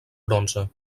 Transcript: bronze